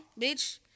bitch